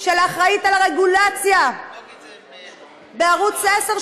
של האחראית לרגולציה בערוץ 10,